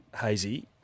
Hazy